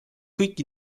kõik